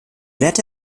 lehrte